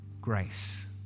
grace